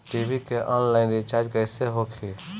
TV के online recharge कैसे होखी?